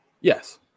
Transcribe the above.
Yes